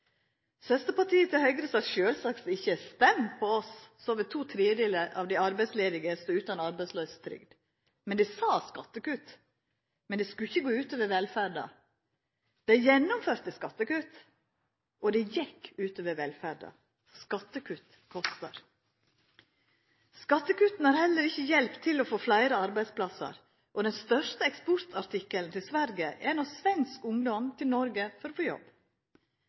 Søsterpartiet til Høgre sa sjølvsagt ikkje: Stem på oss, så vil to tredelar av dei arbeidsledige stå utan arbeidsløysetrygd. Dei sa skattekutt, men det skulle ikkje gå ut over velferda. Dei gjennomførte skattekutt, og det gjekk ut over velferda. Skattekutt kostar! Skattekutta har heller ikkje hjelpt for å få fleire arbeidsplassar, og den største eksportartikkelen til Sverige er at svensk ungdom kjem til Noreg for å få jobb.